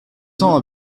cents